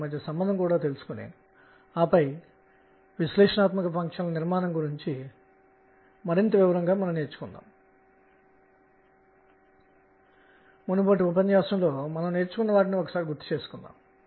ఏదేమైనా ఇందులో కొత్తదనం ఏమిటంటే అదే శక్తి విలువల కోసం మనము విభిన్న విలువలు కలిగిన కక్ష్యలను కూడా పొందాము